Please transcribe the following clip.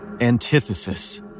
Antithesis